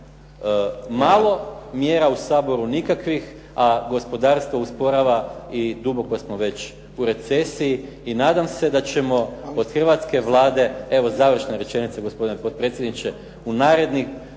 malo, mjera u Saboru nikakvih a gospodarstvo usporava i duboko smo već u recesiji i nadam se da ćemo od hrvatske Vlade, evo završna rečenica gospodine potpredsjedniče, u narednom